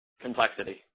complexity